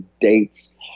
dates